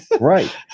Right